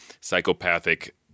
psychopathic